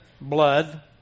blood